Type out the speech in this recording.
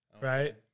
right